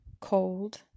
Cold